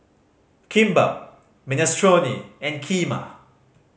Kimbap Minestrone and Kheema